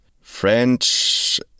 French